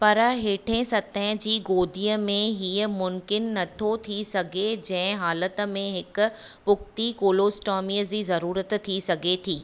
पर हेठिएं सतह जी गोदीअ में हीअ मुम्किनु नथो थी सघे जंहिं हालत में हिक पुख़्ती कोलोस्टॉमीअ जी ज़रूरत थी सघे थी